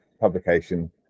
publication